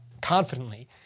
confidently